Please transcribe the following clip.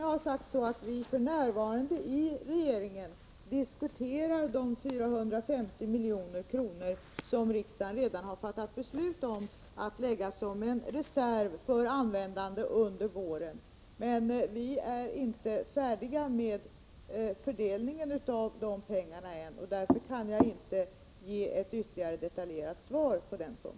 Jag har sagt att vi för närvarande i regeringen diskuterar de 450 milj.kr. som riksdagen redan fattat beslut om att lägga upp som en reserv för användande under våren. Men vi är inte färdiga med fördelningen av dessa Nr 82 pengar än, och därför kan jag inte ge ett mera detaljerat svar på den frågan.